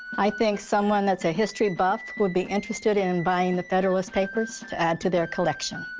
i think someone that's a history buff would be interested in buying the federalist papers to add to their collection.